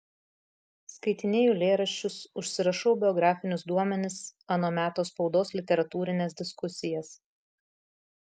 skaitinėju eilėraščius užsirašau biografinius duomenis ano meto spaudos literatūrines diskusijas